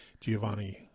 Giovanni